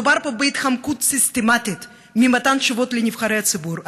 מדובר בהתחמקות סיסטמתית ממתן תשובות לנבחרי הציבור.